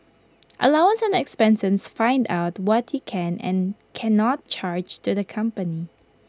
allowance and expenses find out what you can and cannot charge to the company